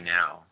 now